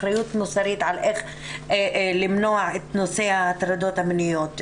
אחריות מוסרית על איך למנוע את נושא ההטרדות המיניות.